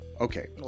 okay